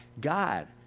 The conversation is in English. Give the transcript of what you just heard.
God